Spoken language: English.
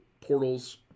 portals